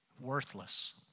worthless